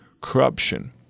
corruption